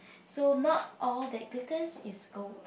so not all the applicant is gold